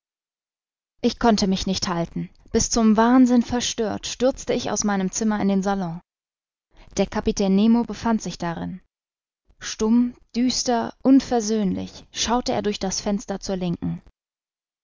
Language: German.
ich konnte mich nicht halten bis zum wahnsinn verstört stürzte ich aus meinem zimmer in den salon der kapitän nemo befand sich darin stumm düster unversöhnlich schaute er durch das fenster zur linken